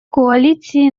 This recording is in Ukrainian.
коаліції